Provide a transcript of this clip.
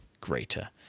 greater